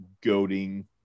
goading